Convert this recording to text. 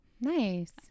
Nice